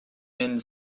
end